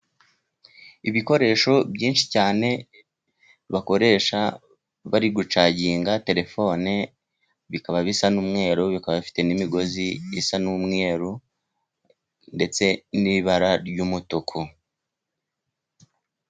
Ibikoresho byinshi cyane bakoresha bari gucaginga terefone, bikaba bisa n'umweru, bikaba bifite n'imigozi isa n'umweru ndetse n'ibara ry'umutuku.